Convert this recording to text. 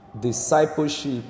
Discipleship